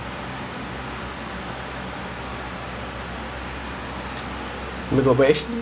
then got somebody laugh then I like embarrassed sia but yes I wanna